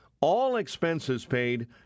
all-expenses-paid